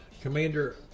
Commander